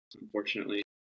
Unfortunately